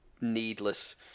needless